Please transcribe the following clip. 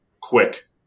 quick